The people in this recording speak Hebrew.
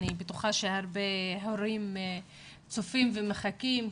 אני בטוחה שהרבה הורים צופים ומחכים.